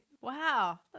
Wow